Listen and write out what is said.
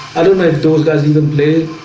i don't like those duhs in the place